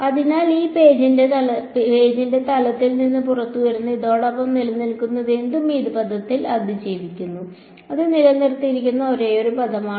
അതിനാൽ ഈ പേജിന്റെ തലത്തിൽ നിന്ന് പുറത്തുവരുന്ന ഇതോടൊപ്പം നിലനിൽക്കുന്നതെന്തും ഈ പദത്തിൽ അതിജീവിക്കുന്നു അത് നിലനിർത്തിയിരിക്കുന്ന ഒരേയൊരു പദമാണ്